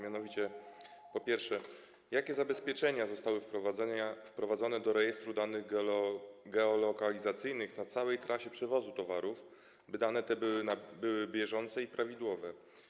Mianowicie, po pierwsze: Jakie zabezpieczenia zostały wprowadzone do rejestru danych geolokalizacyjnych na całej trasie przewozu towarów, by dane te były bieżące i prawidłowe?